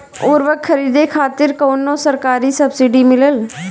उर्वरक खरीदे खातिर कउनो सरकारी सब्सीडी मिलेल?